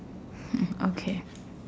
mm okay